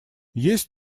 есть